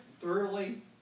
thoroughly